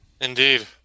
indeed